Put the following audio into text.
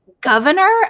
governor